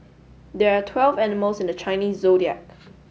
there are twelve animals in the Chinese Zodiac